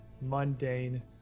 mundane